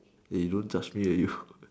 eh you don't judge me eh you